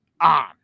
on